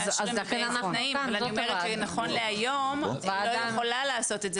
נכון להיום אני לא יכולה לעשות את זה